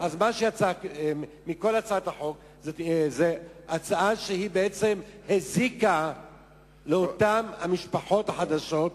מה שיצא מכל הצעת החוק זו הצעה שבעצם הזיקה לאותן משפחות חדשות,